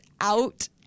out